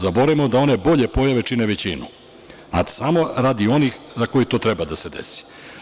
Zaboravimo da one bolje pojave čine većinu, a samo radi onih za koje treba da se desi.